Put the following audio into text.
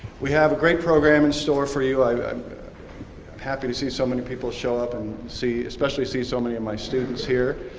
we have a great program in store for you. i'm happy to see so many people show up and especially see so many of my students here.